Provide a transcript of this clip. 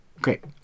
Great